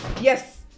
Yes